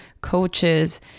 coaches